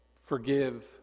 Forgive